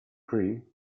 prix